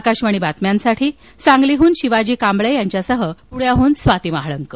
आकाशवाणी बातम्यांसाठी सांगलीहून शिवाजी कांबळे यांच्यासह पुण्याहून स्वाती महाळंक